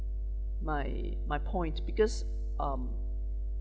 my my point because um